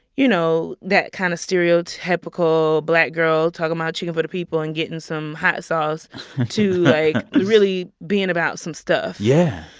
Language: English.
you know, that kind of stereotypical black girl talking about chicken for the people and getting some hot sauce to, like. really being about some stuff yeah,